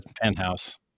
penthouse